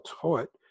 taught